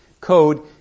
code